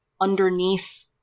underneath